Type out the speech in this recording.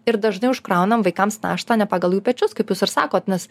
ir dažnai užkraunam vaikams naštą ne pagal jų pečius kaip jūs ir sakot nes